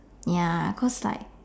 ya cause like